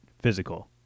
physical